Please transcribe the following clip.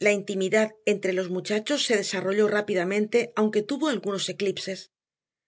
la intimidad entre los muchachos se desarrolló rápidamente aunque tuvo algunos eclipses